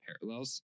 parallels